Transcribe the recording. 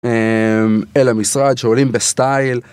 אממ.. אל המשרד שעולים בסטייל.